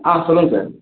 ஆ சொல்லுங்கள் சார்